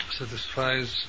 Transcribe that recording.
satisfies